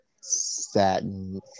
satin